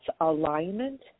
alignment